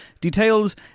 details